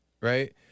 right